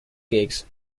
gigs